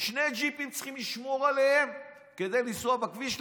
שני ג'יפים צריכים לשמור עליהם כדי לנסוע בכביש,